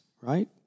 right